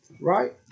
Right